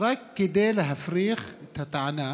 רק כדי להפריך את הטענה,